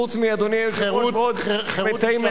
חוץ מאדוני היושב-ראש ועוד מתי מעט.